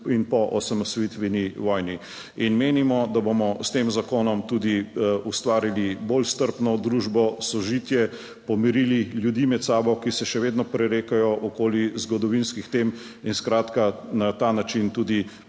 in po osamosvojitveni vojni. In menimo, da bomo s tem zakonom tudi ustvarili bolj strpno družbo, sožitje, pomirili ljudi med sabo, ki se še vedno prerekajo okoli zgodovinskih tem. in skratka, na ta način tudi